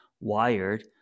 wired